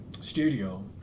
Studio